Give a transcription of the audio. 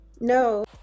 No